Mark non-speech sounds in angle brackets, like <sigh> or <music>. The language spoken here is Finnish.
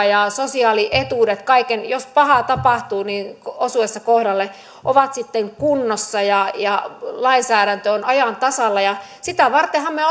<unintelligible> ja sosiaalietuudet jos pahaa tapahtuu sen osuessa kohdalle ovat sitten kunnossa ja lainsäädäntö on ajan tasalla sitä vartenhan me <unintelligible>